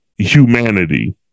Humanity